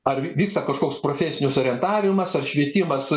ar visa kažkoks profesinius orientavimas ar švietimas